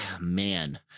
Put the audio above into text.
man